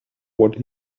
what